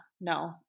no